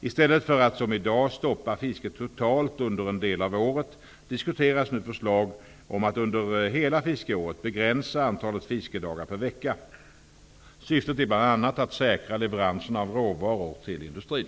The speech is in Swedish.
I stället för att som i dag stoppa fisket totalt under en del av året diskuteras förslag om att under hela fiskeåret begränsa antalet fiskedagar per vecka. Syftet är bl.a. att säkra leveranserna av råvaror till industrin.